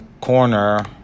corner